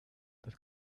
that